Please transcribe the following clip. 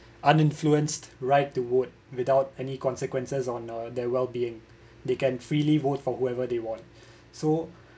uninfluenced right to vote without any consequences on uh their well being they can freely vote for whoever they want so